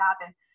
happen